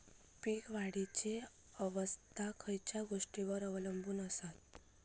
पीक वाढीची अवस्था खयच्या गोष्टींवर अवलंबून असता?